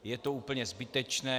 Je to úplně zbytečné.